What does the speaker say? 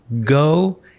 go